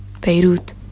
Beirut